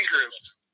groups